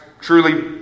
truly